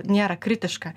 nėra kritiška